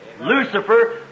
Lucifer